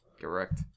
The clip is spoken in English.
Correct